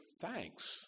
thanks